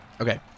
Okay